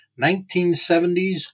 1970s